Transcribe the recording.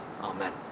Amen